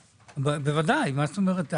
בוודאי מה זאת אומרת,